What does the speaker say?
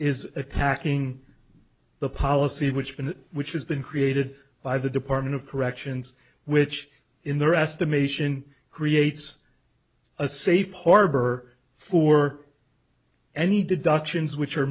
is attacking the policy which been which has been created by the department of corrections which in their estimation creates a safe harbor for any deductions which are